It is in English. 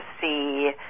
see